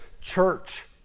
church